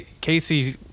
Casey –